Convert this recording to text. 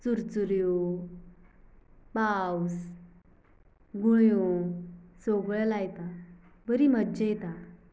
सुरसुऱ्यो पावस गुळ्यो सगळें लायता बरी मज्जा येता